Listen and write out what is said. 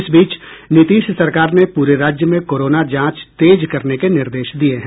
इस बीच नीतीश सरकार ने पूरे राज्य में कोरोना जांच तेज करने के निर्देश दिए हैं